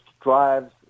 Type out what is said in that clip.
drives